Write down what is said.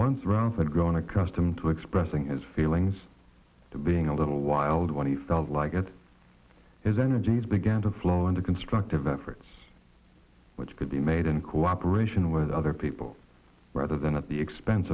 once around the grown accustomed to expressing his feelings to being a little wild when he felt like it is energies began to flow into constructive efforts which could be made in cooperation with other people rather than at the expense